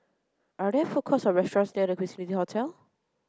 are there food courts or restaurants near The Quincy Hotel